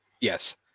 Yes